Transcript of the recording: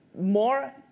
more